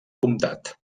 comtat